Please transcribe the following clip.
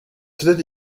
hättet